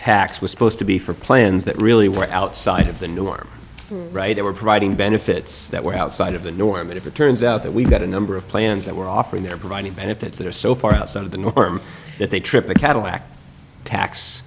tax was supposed to be for plans that really were outside of the norm right they were providing benefits that were outside of the norm but if it turns out that we've got a number of plans that we're offering they're providing benefits that are so far outside of the norm that they trip the cadillac tax